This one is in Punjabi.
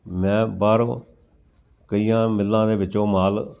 ਮੈਂ ਬਾਹਰੋਂ ਕਈਆਂ ਮਿੱਲਾਂ ਦੇ ਵਿੱਚੋਂ ਮਾਲ